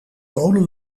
kolen